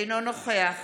אינו נוכח